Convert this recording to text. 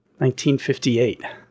1958